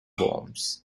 bombs